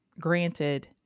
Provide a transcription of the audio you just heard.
granted